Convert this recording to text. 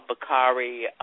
Bakari